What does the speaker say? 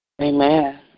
Amen